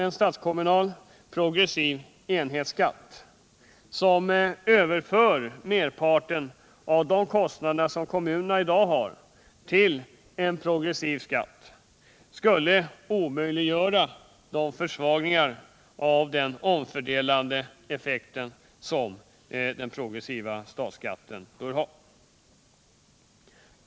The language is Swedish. En statskommunal progressiv enhetsskatt som överför merparten av de kostnader som kommunerna i dag har till en progressiv skatt skulle omöjliggöra försvagningarna av den omfördelande effekt som den progressiva skatten har.